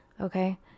Okay